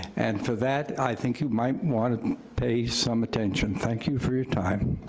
and for that, i think you might want to pay some attention. thank you for your time.